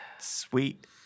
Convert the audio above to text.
sweet